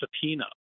subpoena